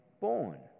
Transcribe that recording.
born